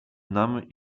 nam